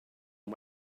and